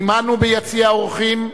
עמנו, ביציע האורחים,